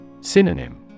Synonym